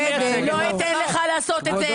לא אתן לך לעשות את זה.